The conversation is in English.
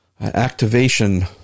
activation